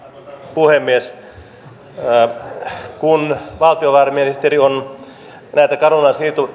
puhemies kun valtiovarainministeri on näitä carunan